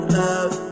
love